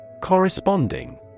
Corresponding